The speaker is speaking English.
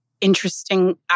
interesting